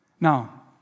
Now